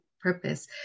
purpose